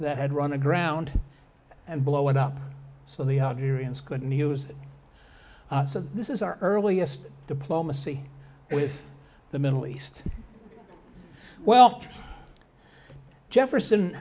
that had run aground and blow it up so the algerians good news this is our earliest diplomacy with the middle east well jefferson